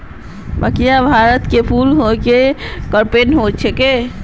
बकरियां भारतत कुल पशुधनेर आबादीत छब्बीस पॉइंट चालीस परसेंट छेक